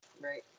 right